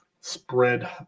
spread